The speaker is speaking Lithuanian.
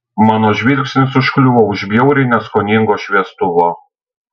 mano žvilgsnis užkliuvo už bjauriai neskoningo šviestuvo